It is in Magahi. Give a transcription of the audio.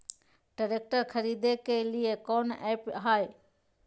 ट्रैक्टर खरीदने के लिए कौन ऐप्स हाय?